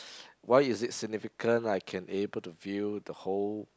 why is it significant I can able to view the whole